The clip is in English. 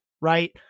right